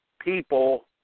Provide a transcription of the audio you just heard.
people